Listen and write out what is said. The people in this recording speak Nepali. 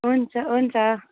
हुन्छ हुन्छ